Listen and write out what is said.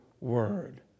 word